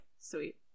Sweet